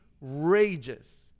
rages